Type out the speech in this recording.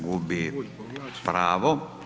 Gubi pravo.